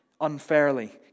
unfairly